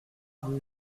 rue